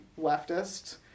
leftist